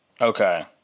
Okay